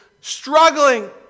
struggling